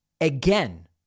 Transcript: again